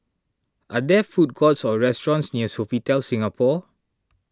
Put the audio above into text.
are there food courts or restaurants near Sofitel Singapore